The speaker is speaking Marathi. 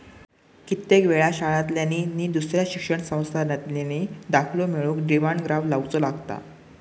कित्येक वेळा शाळांतल्यानी नि दुसऱ्या शिक्षण संस्थांतल्यानी दाखलो मिळवूक डिमांड ड्राफ्ट लावुचो लागता